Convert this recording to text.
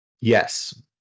Yes